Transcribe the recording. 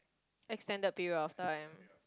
extend the period of time